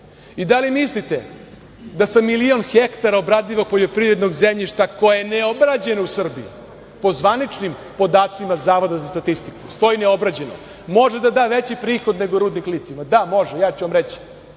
Da li mislite da sa milion hektara obradivog poljoprivrednog zemljišta, koje je neobrađeno u Srbiji, po zvaničnim podacima Zavoda za statistiku stoji neobrađeno, može da da veći prihod nego rudnik litijuma? Da, može, ja ću vam reći.